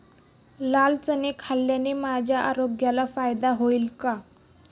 लाल चणे खाल्ल्याने माझ्या आरोग्याला फायदा होईल का?